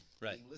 Right